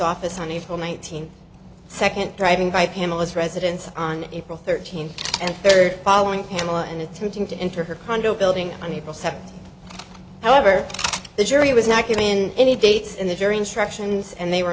office on a full nineteen second driving by pamela's residence on april thirteenth and third following pamela and attempting to enter her condo building on the process however the jury was not given any dates in the jury instructions and they were